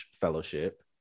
fellowship